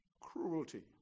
cruelty